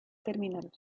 terminal